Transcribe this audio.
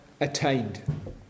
attained